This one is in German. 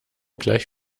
gleich